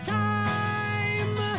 time